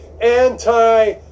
anti-